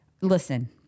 listen